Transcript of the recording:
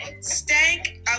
Stank